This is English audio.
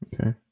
Okay